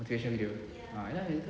motivation dia ah ye lah